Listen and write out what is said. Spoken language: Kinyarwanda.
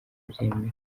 abyemera